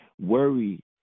worry